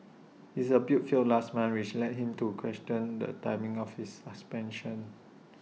his appeal failed last month which led him to question the timing of his suspension